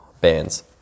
bands